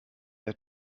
der